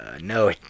No